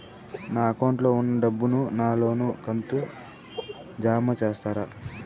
నా అకౌంట్ లో ఉన్న డబ్బును నా లోను కంతు కు జామ చేస్తారా?